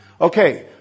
Okay